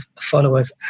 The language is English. followers